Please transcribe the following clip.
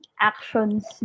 actions